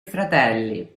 fratelli